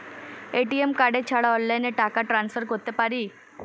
ATM card ছাড়া অনলাইনে টাকা টান্সফার করতে পারি?